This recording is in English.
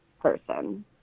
person